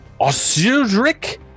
Osudric